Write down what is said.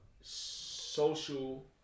social